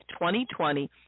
2020